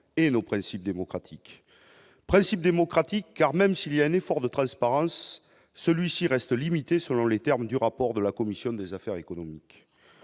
et nos principes démocratiques principes démocratiques, car même s'il y a un effort de transparence, celui-ci reste limité, selon les termes du rapport de la commission des affaires économiques